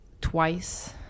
twice